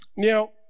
Now